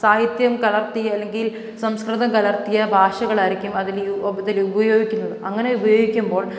സാഹിത്യം കലർത്തിയ അല്ലെങ്കിൽ സംസ്കൃതം കലർത്തിയ ഭാഷകളായിരിക്കും അതിൽ യൂ അപ്പോഴതിൽ ഉയോഗിക്കുന്നത് അങ്ങനെ ഉപയോഗിക്കുമ്പോൾ